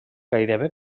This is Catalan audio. gairebé